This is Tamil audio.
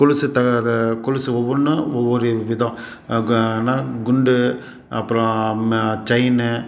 கொலுசு த இது கொலுசு ஒவ்வொன்றும் ஒவ்வொரு விதம் என்ன குண்டு அப்புறம் ம செயின்னு